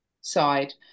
side